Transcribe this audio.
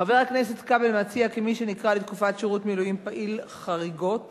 חבר הכנסת כבל מציע כי מי שנקרא לתקופות שירות מילואים פעיל חריגות